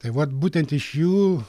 tai vat būtent iš jų